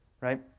Right